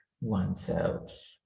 oneself